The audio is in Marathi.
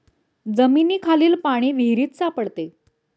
जमिनीखालील पाणी विहिरीत सापडते